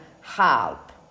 help